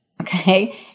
okay